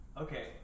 Okay